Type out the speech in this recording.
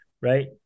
right